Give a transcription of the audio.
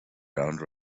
round